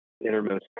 innermost